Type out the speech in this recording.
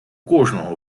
кожного